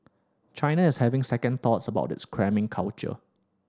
China is having second thoughts about its cramming culture